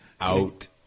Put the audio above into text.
out